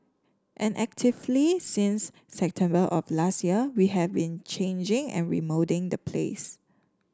and actively since September of last year we have been changing and remoulding the place